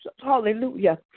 hallelujah